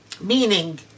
Meaning